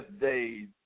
days